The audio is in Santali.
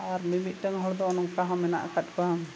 ᱟᱨ ᱢᱤᱼᱢᱤᱫᱴᱟᱝ ᱦᱚᱲ ᱫᱚ ᱱᱚᱝᱠᱟ ᱦᱚᱸ ᱢᱮᱱᱟᱜ ᱟᱠᱟᱫ ᱠᱚᱣᱟ